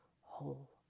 whole